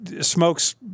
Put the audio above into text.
smokes